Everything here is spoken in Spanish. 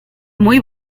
muy